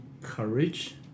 courage